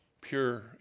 pure